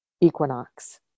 equinox